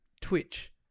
Twitch